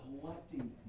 collecting